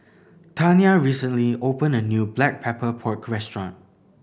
Tania recently opened a new Black Pepper Pork restaurant